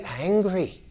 angry